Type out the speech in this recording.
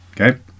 Okay